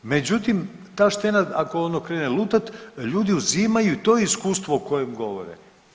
Međutim, ta štenad ako ono krene lutati ljudi uzimaju i to je iskustvo o kojem govore.